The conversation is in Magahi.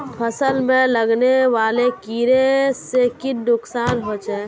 फसल में लगने वाले कीड़े से की नुकसान होचे?